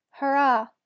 hurrah